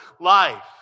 life